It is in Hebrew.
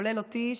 כולל אותי,